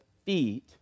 feet